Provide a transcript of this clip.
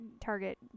Target